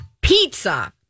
pizza